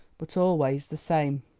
but always the same.